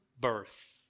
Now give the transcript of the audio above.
birth